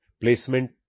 Placement